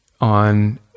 on